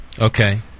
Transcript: Okay